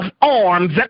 arms